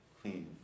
clean